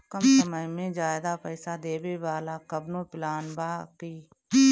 कम समय में ज्यादा पइसा देवे वाला कवनो प्लान बा की?